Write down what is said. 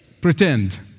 pretend